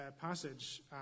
passage